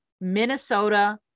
Minnesota